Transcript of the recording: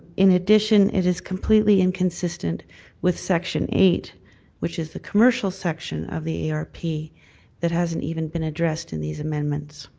in addition it is completely inconsistent with section eight which is the commercial section of the arp that hasn't even been addressed in these amendments.